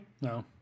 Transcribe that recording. No